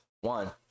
one